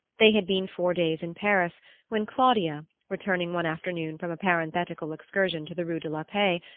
they had been four days in paris when claudia, returning one afternoon from a parenthetical excursion to the rue de la paix,